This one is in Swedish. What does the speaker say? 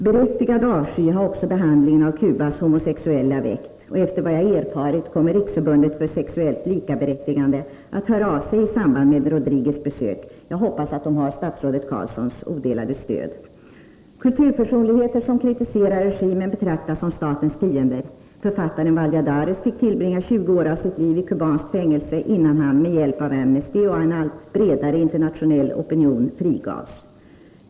Berättigad avsky har också behandlingen av Cubas homosexuella väckt, och efter vad jag har erfarit kommer Riksförbundet för sexuellt likaberättigande att höra av sig i samband med Rodriguez besök. Jag hoppas att de har statsrådet Carlssons odelade stöd. Kulturpersonligheter som kritiserar regimen betraktas som statens fiender. Författaren Valladares fick tillbringa 20 år av sitt liv i kubanskt fängelse, innan han med hjälp från Amnesty och en allt bredare internationell opinion frigavs.